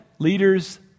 Leaders